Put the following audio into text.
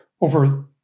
over